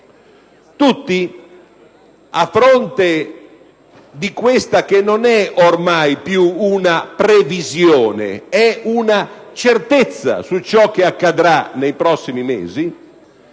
A fronte di questa che ormai non è più una previsione, ma una certezza su ciò che accadrà nei prossimi mesi,